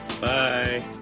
Bye